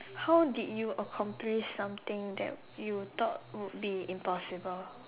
how did you accomplish something that you thought would be impossible